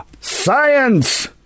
Science